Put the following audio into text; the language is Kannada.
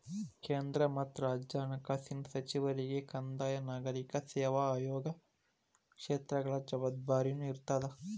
ಕೇಂದ್ರ ಮತ್ತ ರಾಜ್ಯ ಹಣಕಾಸಿನ ಸಚಿವರಿಗೆ ಕಂದಾಯ ನಾಗರಿಕ ಸೇವಾ ಆಯೋಗ ಕ್ಷೇತ್ರಗಳ ಜವಾಬ್ದಾರಿನೂ ಇರ್ತದ